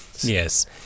Yes